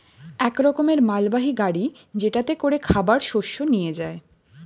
এক রকমের মালবাহী গাড়ি যেটাতে করে খাবার শস্য নিয়ে যায়